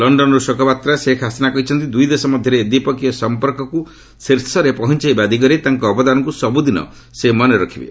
ଲକ୍ଷନରୁ ଶୋକବାର୍ତ୍ତାରେ ଶେଖ୍ ହାସିନା କହିଛନ୍ତି ଦୁଇ ଦେଶ ମଧ୍ୟରେ ଦ୍ୱିପକ୍ଷୀୟ ସମ୍ପର୍କକୁ ଶୀର୍ଷରେ ପହଞ୍ଚାଇବା ଦିଗରେ ତାଙ୍କ ଅବଦାନକୁ ସବୁଦିନ ସେ ମନେ ରଖିବେ